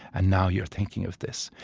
and now you are thinking of this.